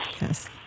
Yes